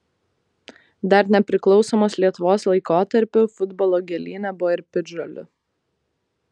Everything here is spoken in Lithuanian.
dar nepriklausomos lietuvos laikotarpiu futbolo gėlyne buvo ir piktžolių